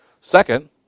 Second